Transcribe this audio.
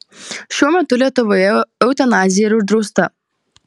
šiuo metu lietuvoje eutanazija yra uždrausta